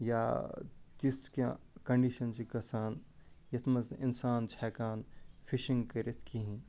یا تِژھ کیٚنٛہہ کنٛڈِشن چھِ گَژھان یَتھ منٛز نہٕ اِنسان چھِ ہٮ۪کان فِشِنٛگ کٔرِتھ کِہیٖنۍ